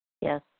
Yes